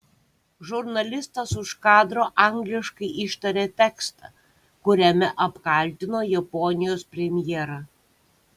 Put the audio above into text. žurnalistas už kadro angliškai ištarė tekstą kuriame apkaltino japonijos premjerą